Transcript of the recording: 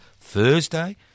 Thursday